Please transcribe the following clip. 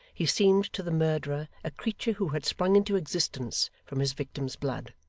he seemed to the murderer a creature who had sprung into existence from his victim's blood.